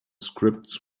scripts